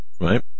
Right